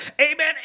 amen